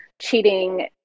cheating